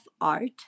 art